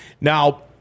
Now